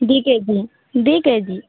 ଦୁଇ K G ଦୁଇ K G